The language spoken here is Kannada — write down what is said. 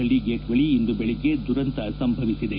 ಹಳ್ಳಿ ಗೇಟ್ ಬಳಿ ಇಂದು ಬೆಳಗ್ಗೆ ದುರಂತ ಸಂಭವಿಸಿದೆ